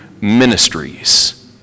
ministries